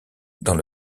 dans